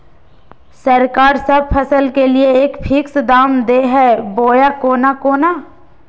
सरकार सब फसल के लिए एक फिक्स दाम दे है बोया कोनो कोनो?